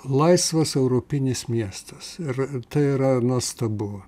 laisvas europinis miestas ir tai yra nuostabu